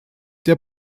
der